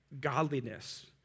godliness